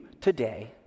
today